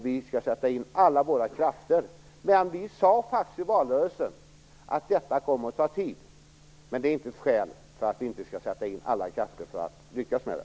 Vi skall sätta in alla våra krafter för att klara av det. Vi sade faktiskt i valrörelsen att detta kommer att ta tid, men det är inte skäl för att vi inte skall sätta in alla krafter för att lyckas med det.